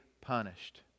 punished